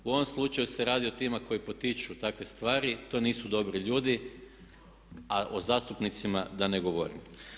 U ovom slučaju se radi o tima koji potiču takve stvari, to nisu dobri ljudi, a o zastupnicima da ne govorim.